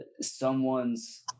someone's